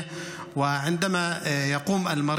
ואני אחד מהם.